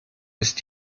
ist